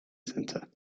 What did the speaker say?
center